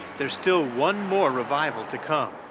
there is still one more revival to come.